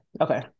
Okay